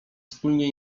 wspólnie